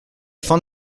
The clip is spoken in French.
fin